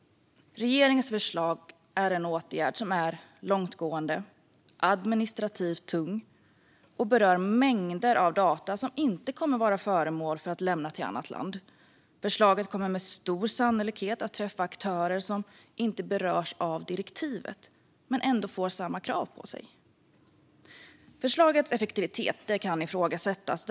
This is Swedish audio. Regeringens förslag är en åtgärd som är långtgående och administrativt tung och som berör mängder av data som inte kommer att vara aktuella att lämna till annat land. Förslaget kommer med stor sannolikhet att träffa aktörer som inte berörs av direktivet men ändå får samma krav på sig. Förslagets effektivitet kan ifrågasättas.